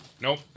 Nope